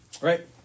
Right